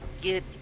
get